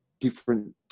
different